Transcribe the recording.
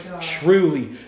truly